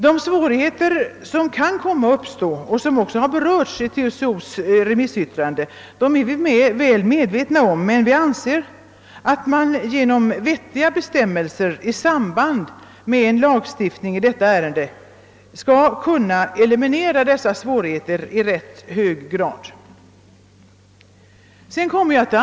De svårigheter som kan komma att uppstå — och som också har berörts i TCO:s remissyttrande — är vi väl medvetna om, men vi anser att man genom vettiga bestämmelser i samband med en lagstiftning i detta ärende skulle kunna eliminera dessa svårigheter i rätt hög grad.